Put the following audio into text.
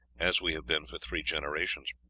as we have been for three generations.